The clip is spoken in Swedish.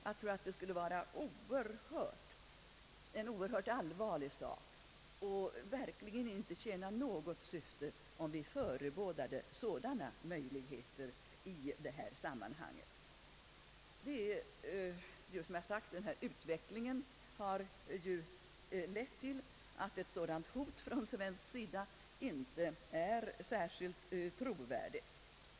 Jag tror att det skulle vara en oerhört allvarlig åtbörd som verkligen inte tjänar något syfte, om vi förebådade sådana möjligheter i detta sammanhang. Den utveckling som jag har talat om har nämligen lett till att ett sådant hot från svensk sida inte är särskilt trovärdigt.